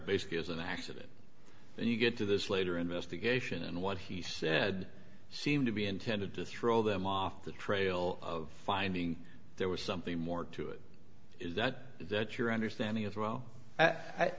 basically as an accident and you get to this later investigation and what he said seemed to be intended to throw them off the trail of finding there was something more to it is that that your understanding as well i